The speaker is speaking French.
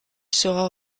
sera